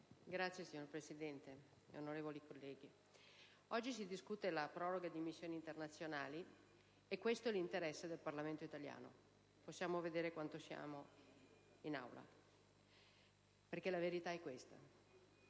Signor Presidente, onorevoli colleghi, oggi si discute la proroga di missioni internazionali, e questo è l'interesse del Parlamento italiano: possiamo vedere quanti siamo in Aula. La verità è questa: